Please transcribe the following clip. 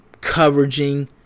coveraging